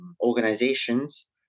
organizations